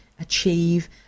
achieve